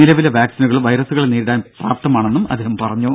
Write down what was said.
നിലവിലെ വാക്സീനുകൾ വൈറസുകളെ നേരിടാൻ പ്രാപ്തമാണെന്നും അദ്ദേഹം പറഞ്ഞു